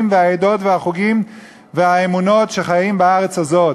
והעדות והחוגים והאמונות שחיים בארץ הזאת.